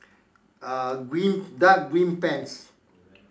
uh green dark green pants